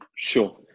Sure